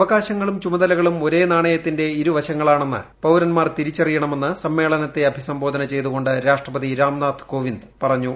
അവകാശങ്ങളും ചുമതലകളും ഒരേ നാണയത്തിന്റെ ഇരു വശങ്ങളാണെന്ന് പൌരന്മാർ തിരിച്ചറിയണമെന്ന് സമ്മേളനത്തെ അഭിസംബോധന ചെയ്തു കൊണ്ട് രാഷ്ട്രപതി രാംനാഥ് കോവിന്ദ് പറഞ്ഞു